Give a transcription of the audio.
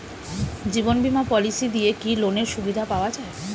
জীবন বীমা পলিসি দিয়ে কি লোনের সুবিধা পাওয়া যায়?